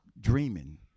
dreaming